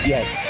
Yes